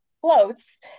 floats